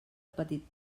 petit